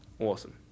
Awesome